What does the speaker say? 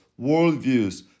worldviews